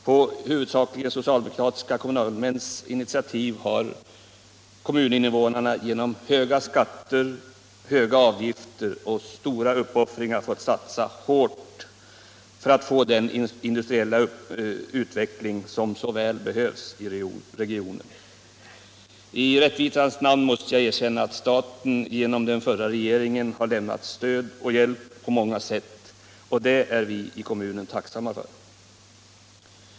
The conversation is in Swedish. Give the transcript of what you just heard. På huvudsakligen socialdemokratiska kommunalmäns initiativ har kommuninnevånarna genom höga skatter, höga avgifter och stora uppoffringar fått satsa hårt för att åstadkomma den industriella utveckling som så väl behövs i regionen. I rättvisans namn måste jag erkänna att staten under den förra regeringens tid lämnade stöd och hjälp på många sätt, och det är kommunen tacksam för.